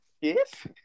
Yes